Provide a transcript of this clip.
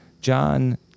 John